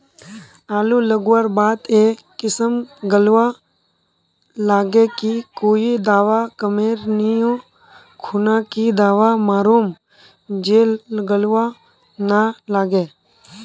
आलू लगवार बात ए किसम गलवा लागे की कोई दावा कमेर नि ओ खुना की दावा मारूम जे गलवा ना लागे?